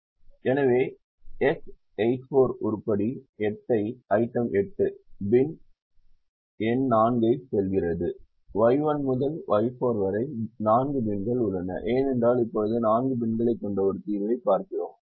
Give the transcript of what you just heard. எனவே X84 உருப்படி 8 ஐ பின் எண் 4 க்கு செல்கிறது Y1 முதல் Y4 வரை 4 பின்கள் உள்ளன ஏனென்றால் இப்போது 4 பின்களைக் கொண்ட ஒரு தீர்வைப் பார்க்கிறோம்